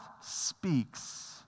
speaks